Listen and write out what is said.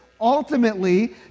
ultimately